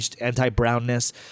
anti-brownness